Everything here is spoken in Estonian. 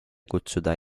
kutsuda